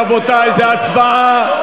רבותי, זה הצבעה.